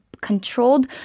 controlled